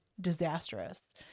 disastrous